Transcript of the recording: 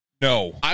No